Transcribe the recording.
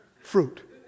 fruit